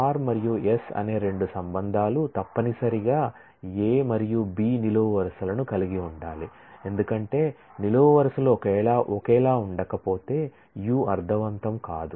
R మరియు s అనే రెండు రిలేషన్లు తప్పనిసరిగా A మరియు B నిలువు వరుసలను కలిగి ఉండాలి ఎందుకంటే నిలువు వరుసలు ఒకేలా ఉండకపోతే Ս అర్ధవంతం కాదు